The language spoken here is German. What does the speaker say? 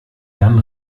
dann